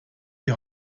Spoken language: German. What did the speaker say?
die